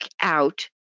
out